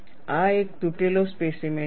આ એક તૂટેલાો સ્પેસીમેન છે